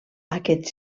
aquest